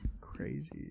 Crazy